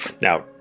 Now